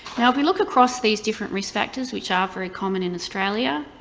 now if we look across these different risk factors, which are very common in australia,